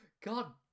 God